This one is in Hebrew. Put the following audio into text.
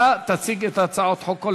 אתה תציג את הצעות החוק,